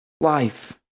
life